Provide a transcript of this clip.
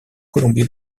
colombie